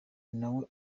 nawe